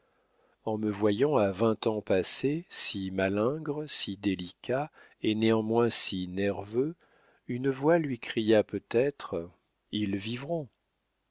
en me voyant à vingt ans passés si malingre si délicat et néanmoins si nerveux une voix lui cria peut-être ils vivront